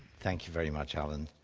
thank you very much, alan.